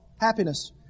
happiness